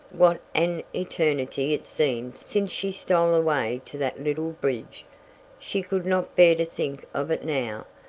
what an eternity it seemed since she stole away to that little bridge she could not bear to think of it now!